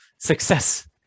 success